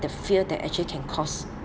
the fear that actually can cause